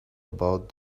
about